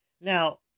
Now